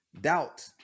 doubt